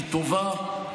היא טובה,